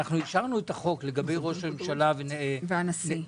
אנחנו אישרנו את החוק לגבי ראש הממשלה ונשיא המדינה.